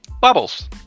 Bubbles